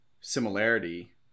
similarity